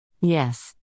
Yes